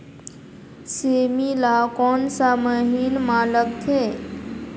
सेमी ला कोन सा महीन मां लगथे?